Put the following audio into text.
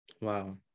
Wow